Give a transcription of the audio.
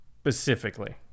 specifically